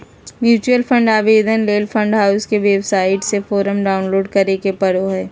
mutual fund आवेदन ले fund house के वेबसाइट से फोरम डाऊनलोड करें परो हय